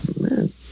man